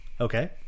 Okay